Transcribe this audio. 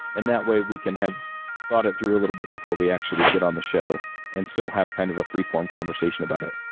and that way we can have thought it through a little bit before we actually get on the show and still have kind of a free-form conversation about it.